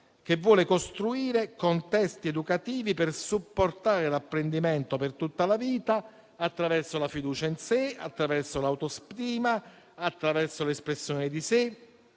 che vuole costruire contesti educativi per supportare l'apprendimento per tutta la vita attraverso la fiducia in sé, attraverso l'autostima, attraverso l'espressione di sé,